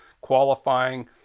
qualifying